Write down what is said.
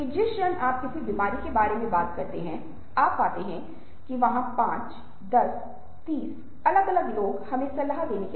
यदि कोई व्यक्ति अस्वीकृत तरीके से खड़ा होता है तो हम अस्वीकृत तरीके से खड़े हो सकते हैं